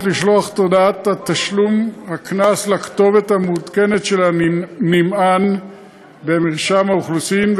לשלוח את הודעת תשלום הקנס לכתובת המעודכנת של הנמען במרשם האוכלוסין,